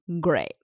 great